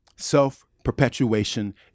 Self-perpetuation